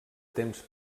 temps